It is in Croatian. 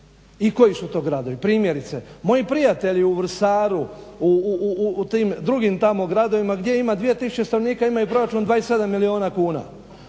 i koji su to gradovi. Primjerice moji prijatelji u Vrsaru u tim drugim gradovima gdje ima 2 tisuće stanovnika imaju proračun 27 milijuna kuna,